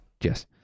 Yes